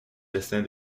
destin